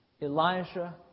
Elijah